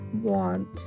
want